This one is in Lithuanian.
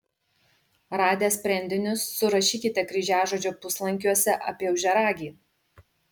radę sprendinius surašykite kryžiažodžio puslankiuose apie ožiaragį